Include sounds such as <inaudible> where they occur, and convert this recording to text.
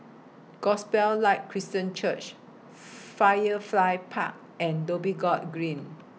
Gospel Light Christian Church <noise> Firefly Park and Dhoby Ghaut Green